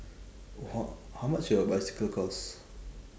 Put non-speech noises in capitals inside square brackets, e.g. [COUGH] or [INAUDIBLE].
[NOISE] how much your bicycle cost